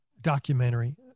documentary